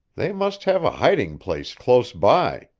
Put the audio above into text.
they must have a hiding-place close by.